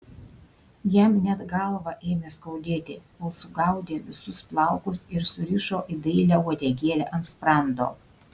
jam net galvą ėmė skaudėti kol sugaudė visus plaukus ir surišo į dailią uodegėlę ant sprando